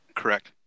correct